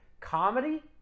Comedy